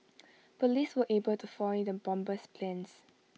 Police were able to foil the bomber's plans